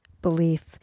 belief